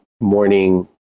morning